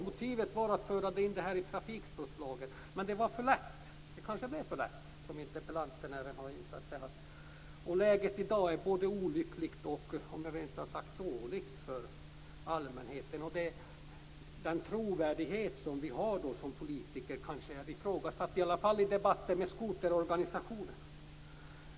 Motivet var att föra in det här i trafikbrottslagen, men det blev kanske för lätt, som även interpellanten varit inne på. Läget i dag är både olyckligt och rent av dåligt för allmänheten. Den trovärdighet som vi som politiker har är kanske ifrågasatt, i alla fall i debatten med skoterorganisationerna.